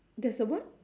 there's a what